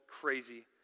crazy